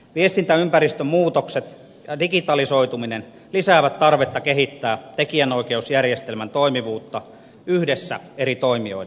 viestintäympäristön muutokset ja digitalisoituminen lisäävät tarvetta kehittää tekijänoikeusjärjestelmän toimivuutta yhdessä eri toimijoiden kesken